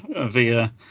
via